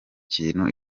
kintu